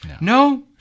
No